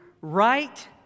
right